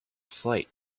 flight